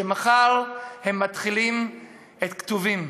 ומחר הם מתחילים את כתובים,